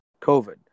COVID